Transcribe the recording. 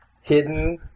hidden